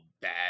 bad